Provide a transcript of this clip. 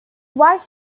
wife